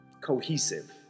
cohesive